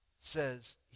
says